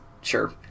Sure